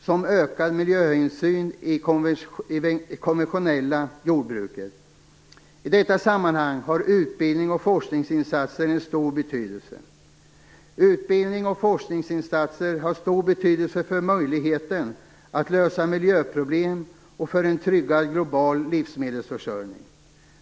som ökad miljöhänsyn i det konventionella jordbruket. I detta sammanhang har utbildnings och forskningsinsatser en stor betydelse. Utbildnings och forskningsinsatser har stor betydelse för möjligheten att lösa miljöproblem och för en tryggad global livsmedelsförsörjning.